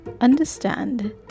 understand